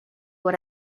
what